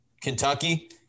Kentucky